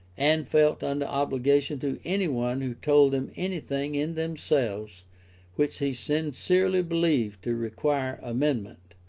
and felt under obligation to any one who told them anything in themselves which he sincerely believed to require amendment.